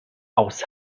aus